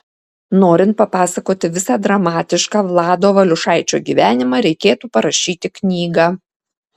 norint papasakoti visą dramatišką vlado valiušaičio gyvenimą reiktų parašyti knygą